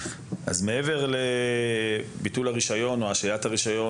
מעבר לביטול או לשימוע ושלילת הרישיון,